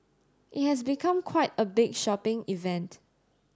it has become quite a big shopping event